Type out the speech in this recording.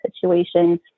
situation